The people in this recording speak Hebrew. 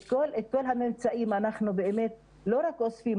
את כל הממצאים אנחנו לא רק אוספים,